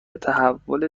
تحول